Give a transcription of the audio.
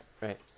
right